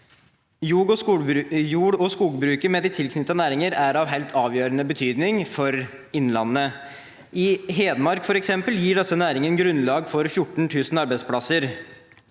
Jord- og skogbruket med de tilknyttede næringer er av helt avgjørende betydning for innlandet. I Hedmark, f.eks., gir disse næringene grunnlag for 14 000 arbeidsplasser.